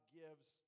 gives